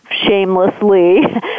shamelessly